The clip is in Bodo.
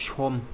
सम